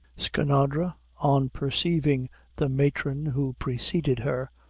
skinadre on perceiving the matron who preceded her,